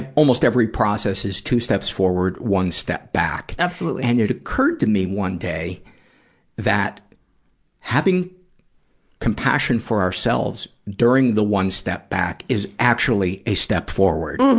ah almost every process is two steps forward, one step back. absolutely. and it occurred to me one day that having compassion for ourselves during the one step back is actually a step forward.